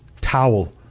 towel